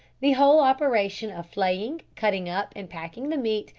the whole operation of flaying, cutting up, and packing the meat,